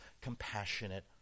compassionate